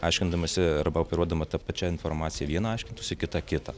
aiškindamasi arba operuodama ta pačia informacija vieną aiškintųsi kita kitą